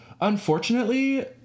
unfortunately